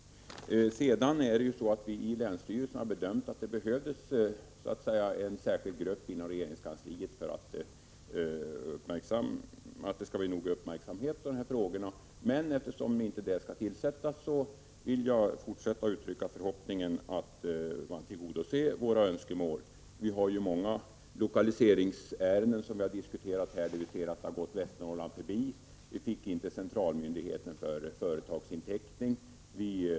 I länsstyrelsen har vi bedömt att det behövs en särskild grupp inom regeringskansliet för att tillräcklig uppmärksamhet skall ägnas åt dessa frågor, men eftersom någon sådan grupp inte skall tillsättas vill jag fortsätta att uttrycka förhoppningen att man tillgodoser våra önskemål. Många lokaliseringsärenden som vi diskuterat här i riksdagen har gått Västernorrland förbi. Vi fick inte centralmyndigheten för företagsinteckning.